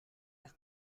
las